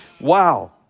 Wow